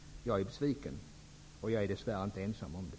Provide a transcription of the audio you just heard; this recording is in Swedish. Jag är besviken, och jag är dess värre inte ensam om det.